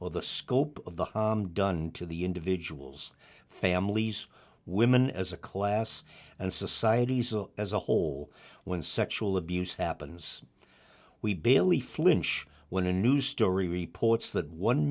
or the scope of the harm done to the individuals families women as a class and societies are as a whole when sexual abuse happens we barely flinch when a news story reports that one